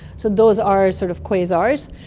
so those are sort of quasars.